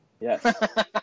Yes